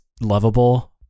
lovable